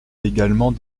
également